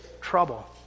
trouble